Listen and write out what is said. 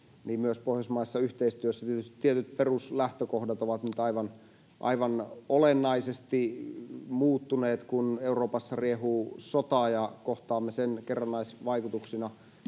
myös pohjoismaisessa yhteistyössä tietyt peruslähtökohdat ovat nyt aivan olennaisesti muuttuneet, kun Euroopassa riehuu sota ja kohtaamme sen kerrannaisvaikutuksina